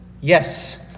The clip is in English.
yes